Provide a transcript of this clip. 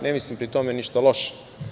Ne mislim pri tome ništa loše.